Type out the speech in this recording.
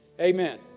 Amen